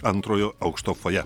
antrojo aukšto fojė